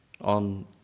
on